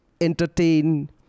entertain